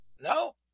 No